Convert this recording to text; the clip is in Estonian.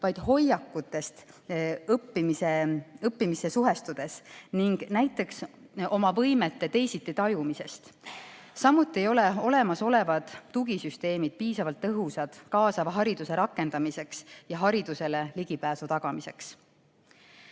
vaid hoiakutest õppimisega suhestumisel ning näiteks oma võimete teisiti tajumisest. Samuti ei ole olemasolevad tugisüsteemid piisavalt tõhusad kaasava hariduse rakendamiseks ja haridusele ligipääsu tagamiseks.